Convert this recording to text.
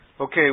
Okay